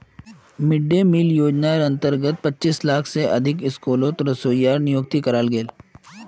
mid day meal योज्नार अंतर्गत पच्चीस लाख से अधिक स्कूलोत रोसोइया लार नियुक्ति कराल गेल